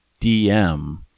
DM